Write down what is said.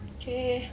okay